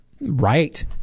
Right